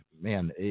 man